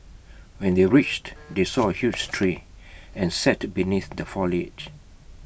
when they reached they saw A huge tree and sat beneath the foliage